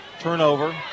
turnover